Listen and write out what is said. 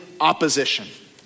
opposition